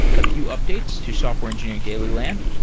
a few updates to software engineering daily land.